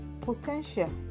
potential